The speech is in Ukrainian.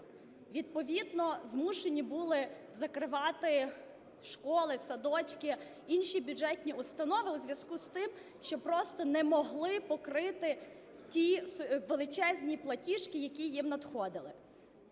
Відповідно змушені були закривати школи, садочки, інші бюджетні установи у зв'язку із тим, що просто не могли покрити ті величезні платіжки, які їм надходили.